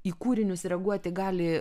į kūrinius reaguoti gali